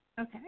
Okay